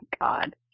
God